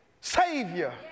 Savior